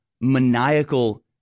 maniacal